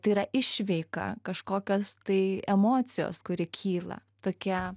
tai yra išveika kažkokios tai emocijos kuri kyla tokia